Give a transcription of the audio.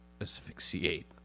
asphyxiate